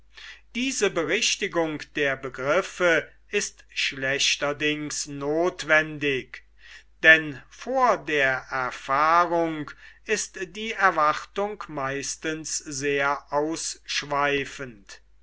diese berichtigung der begriffe ist schlechterdings nothwendig denn vor der erfahrung ist die erwartung meistens sehr ausschweifend